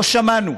לא שמענו,